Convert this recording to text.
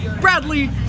Bradley